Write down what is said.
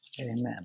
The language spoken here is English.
Amen